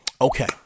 Okay